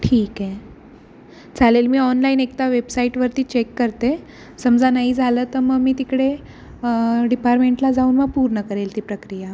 ठीक आहे चालेल मी ऑनलाईन एकदा वेबसाईटवरती चेक करते समजा नाही झालं तर मग मी तिकडे डिपारमेंटला जाऊन मग पूर्ण करेन ती प्रक्रिया